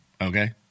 okay